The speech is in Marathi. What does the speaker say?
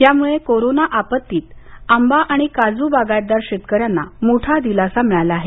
यामुळे कोरोना आपत्तीत आंबा आणि काजू बागायतदार शेतकऱ्यांना मोठा दिलासा मिळाला आहे